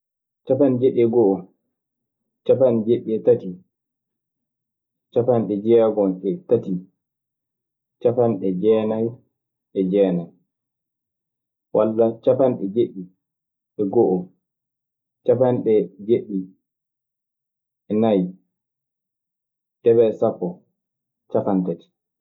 Capanɗe jeɗɗi e go'o, capanɗe jeɗɗi e tati, capanɗe jeegon e tati, capanɗe jeenay e jeenay walla capanɗe jeɗɗi e go'o, capanɗe jeɗɗi e nay, debe e sappo, capanɗe tati.